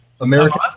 America